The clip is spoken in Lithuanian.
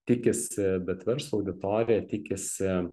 tikisi bet verslo auditorija tikisi